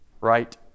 Right